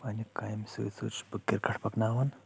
پننہِ کامہِ سۭتۍ سۭتۍ چھُس بہٕ کرکٹ پکناوان